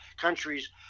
countries